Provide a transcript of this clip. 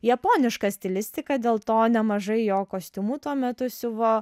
japonišką stilistiką dėl to nemažai jo kostiumų tuo metu siuvo